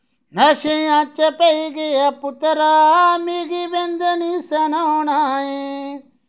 नशेआं च पेई गेआ पुत्तरा मिगी बिंद नेईं सनोना ऐ